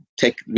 take